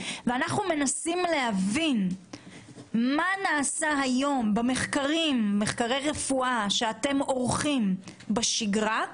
ואנחנו מנסים להבין מה נעשה היום במחקרי הרפואה שאתם עורכים בשגרה,